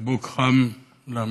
חיבוק חם למשפחות